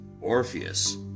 Orpheus